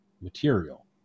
material